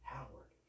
Howard